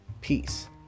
peace